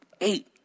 Eight